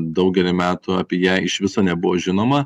daugelį metų apie ją iš viso nebuvo žinoma